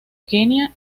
kenia